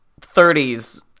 30s